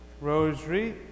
rosary